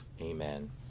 amen